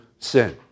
Sin